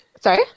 Sorry